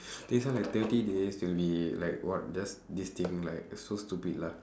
this one like thirty days it'll be like what just this thing like so stupid lah